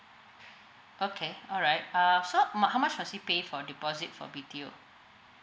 okay alright uh so mu~ how much must I pay for deposit for B_T_O